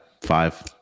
five